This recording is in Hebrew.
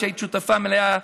שהיית שותפה מלאה,